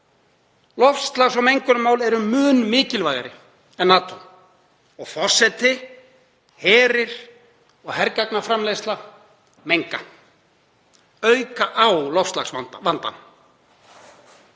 Loftslags- og mengunarmál eru mun mikilvægari en NATO. Og forseti. Herir og hergagnaframleiðsla menga, auka á loftslagsvandann.